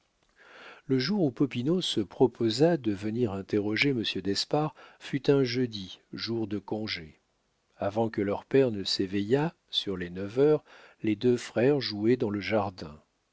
le jour où popinot se proposa de venir interroger monsieur d'espard fut un jeudi jour de congé avant que leur père ne s'éveillât sur les neuf heures les deux frères jouaient dans le jardin